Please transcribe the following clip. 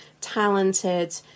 talented